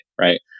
right